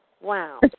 Wow